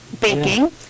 baking